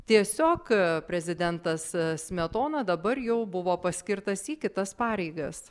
tiesiog prezidentas smetona dabar jau buvo paskirtas į kitas pareigas